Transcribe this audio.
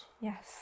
Yes